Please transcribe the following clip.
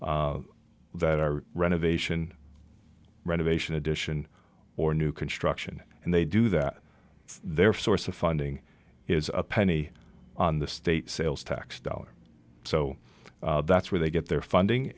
projects that are renovation renovation addition or new construction and they do that their source of funding is a penny on the state sales tax dollars so that's where they get their funding